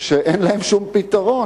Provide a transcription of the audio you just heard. שאין להם שום פתרון.